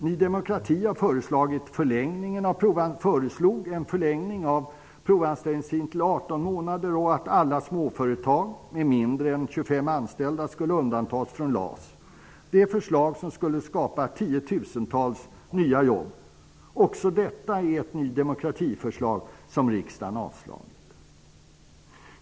Ny demokrati föreslog en förlängning av provanställningstiden till 18 månader och att alla företag med mindre än 25 anställda skulle undantas från LAS. Det är förslag som skulle skapa tiotusentals nya jobb. Också detta är Ny demokrati-förslag som riksdagen har avslagit.